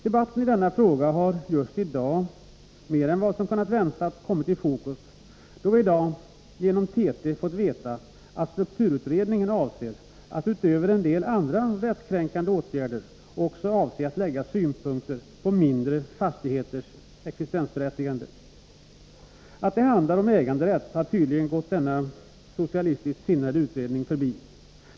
Debatten i denna fråga har just i dag, mer än vad som kunnat väntas, kommit i fokus, då vi genom TT fått veta att strukturutredningen avser att utöver en del andra rättskränkande åtgärder också lägga synpunkter på mindre fastigheters existensberättigande. Att det handlar om äganderätt har tydligen gått denna socialistiskt sinnade utredning förbi.